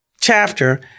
chapter